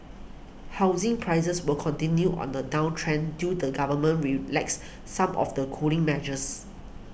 housing prices will continue on the downtrend till the government relaxes some of the cooling measures